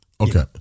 Okay